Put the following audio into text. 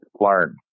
learn